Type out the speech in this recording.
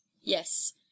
Yes